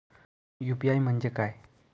UPI म्हणजे काय?